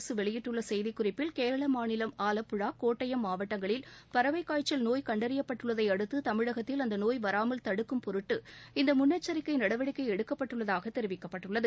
அரசு வெளியிட்டுள்ள செய்திக்குறிப்பில் கேரளமாநிலம் ஆலப்புழா கோட்டயம் மாவட்டங்களில் பறவைக்காய்ச்சல் நோய் கண்டறியப்பட்டுள்ளதையடுத்து தமிழகத்தில் அந்த நோய் வராமல் தடுக்கும் பொருட்டு இந்த முன்னெச்சரிக்கை நடவடிக்கை எடுக்கப்பட்டுள்ளதாக தெரிவிக்கப்பட்டுள்ளது